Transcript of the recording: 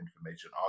information